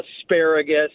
asparagus